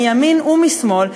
מימין ומשמאל,